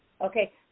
okay